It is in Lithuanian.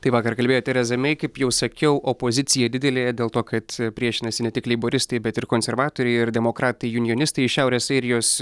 taip vakar kalbėjo tereza mei kaip jau sakiau opozicija didelė dėl to kad priešinasi ne tik leiboristai bet ir konservatoriai ir demokratai junionistai iš šiaurės airijos